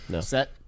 Set